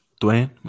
Dwayne